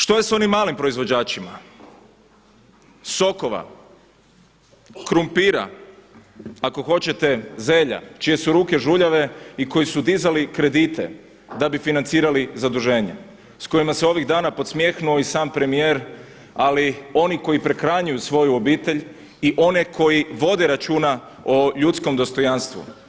Što je s onim malim proizvođačima sokova, krumpira, ako hoćete zelja, čije su ruke žuljave i koji su dizali kredite da bi financirali zaduženje, s kojima se ovih danas podsmjehnuo i sam premijer ali oni koji prehranjuju svoju obitelj i one koji vode računa o ljudskom dostojanstvu?